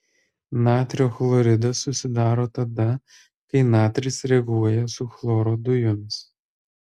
natrio chloridas susidaro tada kai natris reaguoja su chloro dujomis